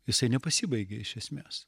jisai nepasibaigė iš esmės